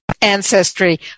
ancestry